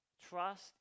Trust